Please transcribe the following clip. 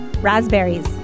Raspberries